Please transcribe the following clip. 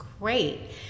great